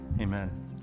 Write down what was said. Amen